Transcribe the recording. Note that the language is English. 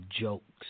jokes